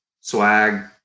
swag